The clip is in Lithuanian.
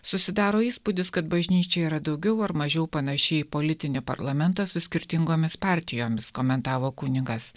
susidaro įspūdis kad bažnyčia yra daugiau ar mažiau panaši į politinį parlamentą su skirtingomis partijomis komentavo kunigas